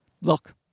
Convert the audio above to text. Look